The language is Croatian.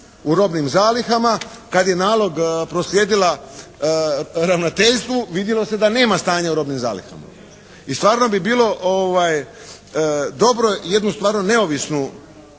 u robnim zalihama. Kad je nalog proslijedila ravnateljstvu vidjelo se da nema stanja u robnim zalihama. I stvarno bi bilo dobro jednu stvarno neovisnu,